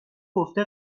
گفته